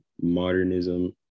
modernism